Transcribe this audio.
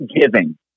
giving